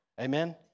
Amen